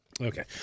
Okay